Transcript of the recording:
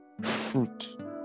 fruit